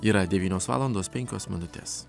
yra devynios valandos penkios minutės